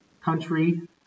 country